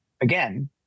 again